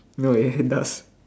no it does